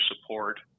Support